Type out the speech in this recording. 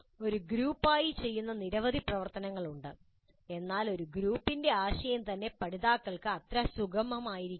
ഒരു ഗ്രൂപ്പായി ചെയ്യുന്ന നിരവധി പ്രവർത്തനങ്ങൾ ഉണ്ട് എന്നാൽ ഒരു ഗ്രൂപ്പിന്റെ ആശയം തന്നെ പഠിതാക്കൾക്ക് അത്ര സുഖകരമല്ലായിരിക്കാം